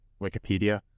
Wikipedia